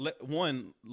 one